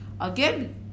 again